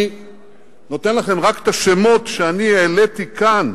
אני נותן לכם רק את השמות שאני העליתי כאן,